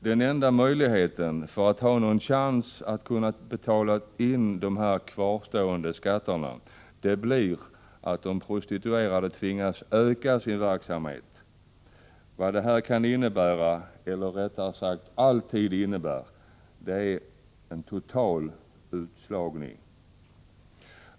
Den enda möjlighet de prostituerade har att kunna betala dessa kvarstående skatter är att öka sin verksamhet. Vad detta kan innebära, eller rättare sagt alltid innebär, är en total utslagning.